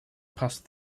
passed